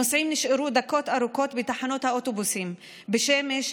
נוסעים נשארו דקות ארוכות בתחנות האוטובוסים בשמש,